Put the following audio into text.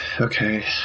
okay